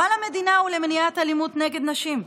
מה למדינה ולמניעת אלימות נגד נשים?